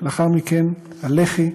לאחר מכן הלח"י.